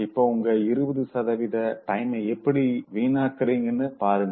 இப்ப உங்க 20 டைம எப்டி வீணாக்குரினு பாருங்க